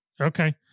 Okay